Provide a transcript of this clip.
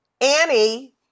Annie